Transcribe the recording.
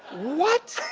what?